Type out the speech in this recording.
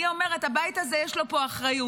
אני אומרת, הבית הזה, יש לו פה אחריות.